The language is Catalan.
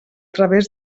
través